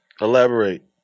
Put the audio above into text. Elaborate